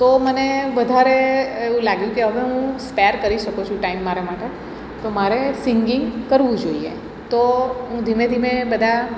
તો મને વધારે એવું લાગ્યું કે હવે હું સ્પેર કરી શકું છું ટાઈમ મારા માટે તો મારે સિંગિંગ કરવું જોઈએ તો હું ધીમે ધીમે બધા